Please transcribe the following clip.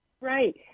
Right